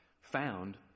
found